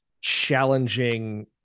challenging